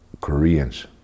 Koreans